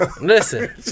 Listen